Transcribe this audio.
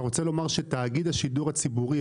אתה רוצה להגיד שתאגיד השידור הציבורי,